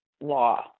law